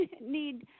need